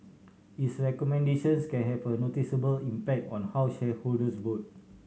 its recommendations can have a noticeable impact on how shareholders vote